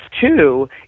two